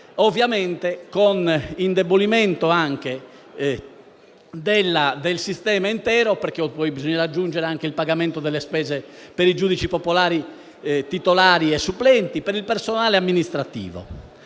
ovviamente con l'indebolimento dell'intero sistema intero, perché poi bisognerà aggiungere il pagamento delle spese per i giudici popolari titolari e supplenti e per il personale amministrativo.